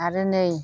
आरो नै